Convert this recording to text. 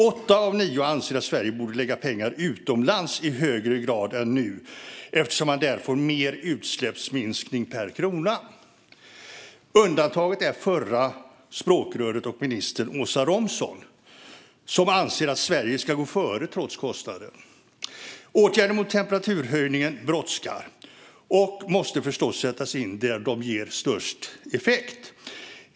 Åtta av nio forskare anser att Sverige borde lägga pengar utomlands i högre grad än nu eftersom man där får mer utsläppsminskning per krona. Undantaget är förra språkröret och ministern Åsa Romson, som anser att Sverige ska gå före trots kostnader. Åtgärder mot temperaturhöjningen brådskar och måste förstås sättas in där de ges störst effekt.